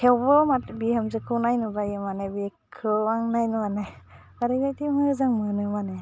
थेवबो माथो बिहामजोखौ नायनो बायो माने बेखौ आं नायनो माने ओरैबायदि मोजां मोनो माने